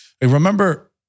remember